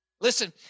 Listen